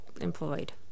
employed